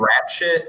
Ratchet